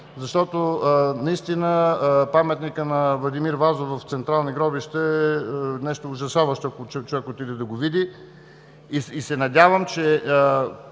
защото наистина паметникът на Владимир Вазов в Централни гробища е нещо ужасяващо, ако човек отиде да го види. Надявам се,